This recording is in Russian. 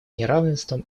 неравенством